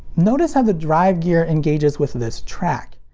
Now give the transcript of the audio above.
notice how the drive gear engages with this track.